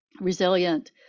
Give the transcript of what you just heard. resilient